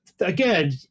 again